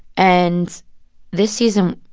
and this season,